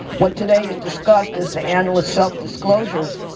what today is discussed is the analyst's self disclosures.